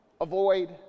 avoid